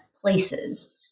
places